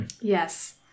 Yes